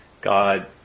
God